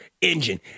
engine